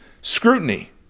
scrutiny